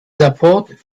support